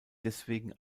deswegen